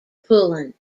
pulling